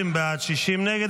50 בעד, 60 נגד.